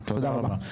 תודה רבה.